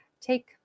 take